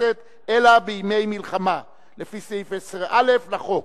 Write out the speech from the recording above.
הכנסת אלא בימי מלחמה לפי סעיף 10(א) לחוק.